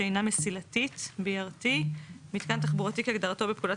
שאינה מסילתית ("BRT") מיתקן תחבורתי כהגדרתו בפקודת